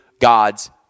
God's